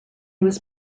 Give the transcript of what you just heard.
was